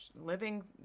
living